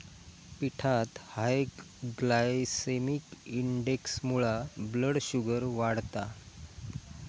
पिठात high glycemic इंडेक्समुळा blood sugar वाढता